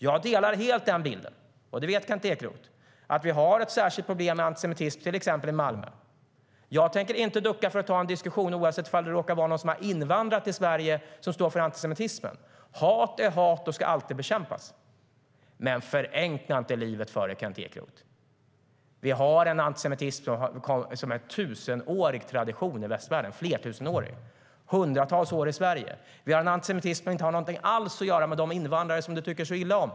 Jag delar helt bilden, och det vet Kent Ekeroth, att vi har ett särskilt problem med antisemitism till exempel i Malmö. Jag tänker inte ducka för att ta en diskussion om antisemitism oavsett om det råkar vara någon som har invandrat till Sverige som står för antisemitismen eller inte. Hat är hat och ska alltid bekämpas. Men förenkla inte livet för dig på det här sättet, Kent Ekeroth. Vi har en antisemitism i västvärlden med en flertusenårig tradition. Hundratals år har den funnits i Sverige. Vi har en antisemitism som inte har någonting alls att göra med de invandrare som du tycker så illa om.